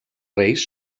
reis